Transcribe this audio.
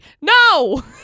no